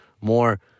more